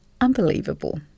Unbelievable